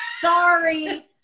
Sorry